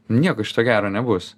nieko iš to gero nebus